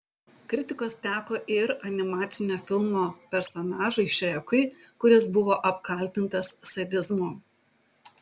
kritikos teko ir animacinio filmo personažui šrekui kuris buvo apkaltintas sadizmu